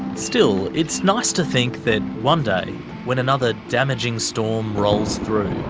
still, it's nice to think that, one day, when another damaging storm rolls through,